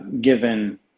given